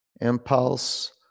impulse